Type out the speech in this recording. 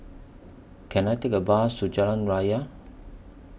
Can I Take A Bus to Jalan Raya